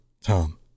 Tom